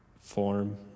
form